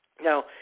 Now